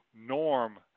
norm